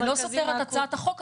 זה לא סותר את הצעת החוק,